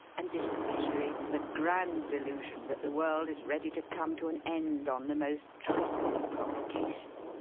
and especially the grand de lusion that the world is ready to come to an end on the most trifling provocation.